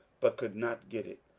but could not get it.